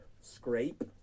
Scrape